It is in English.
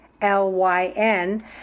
L-Y-N